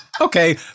okay